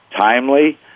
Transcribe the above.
timely